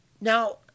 Now